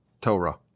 Torah